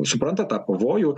supranta tą pavojų